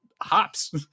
hops